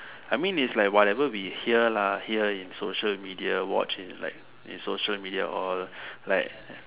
I mean like it's like whatever we hear lah hear in social media watch in like in social media all like